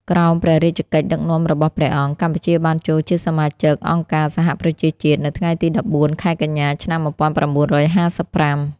ក្រោមព្រះរាជកិច្ចដឹកនាំរបស់ព្រះអង្គ កម្ពុជាបានចូលជាសមាជិកអង្គការសហប្រជាជាតិនៅថ្ងៃទី១៤ ខែកញ្ញា ឆ្នាំ១៩៥៥។